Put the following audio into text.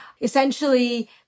essentially